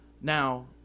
Now